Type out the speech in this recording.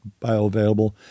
bioavailable